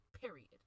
period